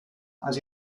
has